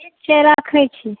ठीक छै राखै छी